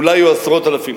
אולי יהיו עשרות אלפים,